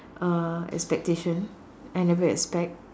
uh expectation I never expect